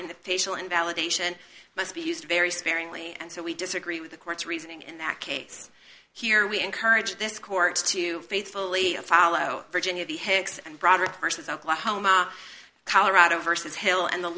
in the facial invalidation must be used very sparingly and so we disagree with the court's reasoning in that case here we encourage this court to faithfully follow virginia the hicks and broader versus oklahoma colorado versus hill and the